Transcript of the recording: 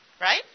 right